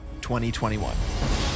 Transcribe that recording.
2021